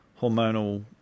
hormonal